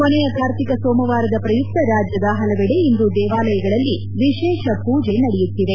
ಕಡೆಯ ಕಾರ್ತಿಕ ಸೋಮವಾರದ ಪ್ರಯುಕ್ತ ರಾಜ್ಯದ ಹಲವೆಡೆ ಇಂದು ದೇವಾಲಯಗಳಲ್ಲಿ ವಿಶೇಷ ಪೂಜೆ ನಡೆಯುತ್ತಿದೆ